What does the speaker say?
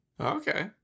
okay